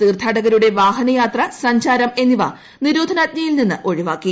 തീർത്ഥാടകരുടെ വാഹനയാത്ര സഞ്ചാരം എന്നിവ നിരോധനാജ്ഞയിൽ നിന്ന് ഒഴിവാക്കി